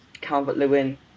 Calvert-Lewin